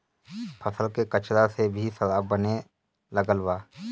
फसल के कचरा से भी शराब बने लागल बा